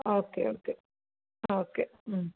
okay okay okay